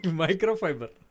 microfiber